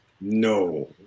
No